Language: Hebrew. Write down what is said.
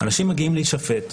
אנשים מגיעים להישפט,